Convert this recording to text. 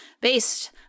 based